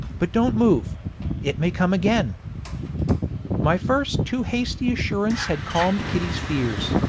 but don't move it may come again my first too hasty assurance had calmed kitty's fears,